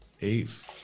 Eve